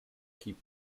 keep